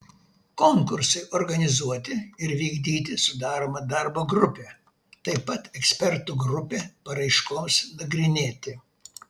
konkursui organizuoti ir vykdyti sudaroma darbo grupė taip pat ekspertų grupė paraiškoms nagrinėti